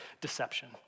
deception